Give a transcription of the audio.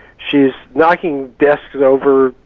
she's knocking desks over,